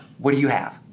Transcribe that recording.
what do you have?